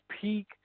peak